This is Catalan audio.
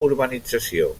urbanització